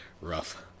rough